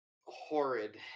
horrid